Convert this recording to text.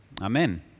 amen